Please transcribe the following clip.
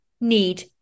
need